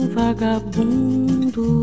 vagabundo